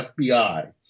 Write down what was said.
FBI